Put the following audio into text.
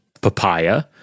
papaya